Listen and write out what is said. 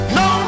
no